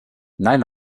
nein